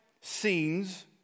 scenes